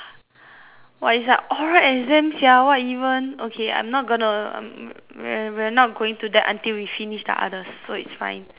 what it's like oral exam sia what even okay I'm not gonna um we we're not going to that until we finish the others so it's fine